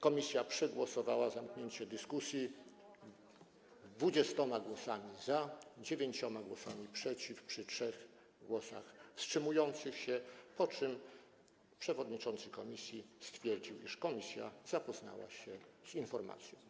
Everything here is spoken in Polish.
komisja przegłosowała zamknięcie dyskusji 20 głosami, przy 9 głosach przeciw, 3 głosach wstrzymujących się, po czym przewodniczący komisji stwierdził, iż komisja zapoznała się z informacją.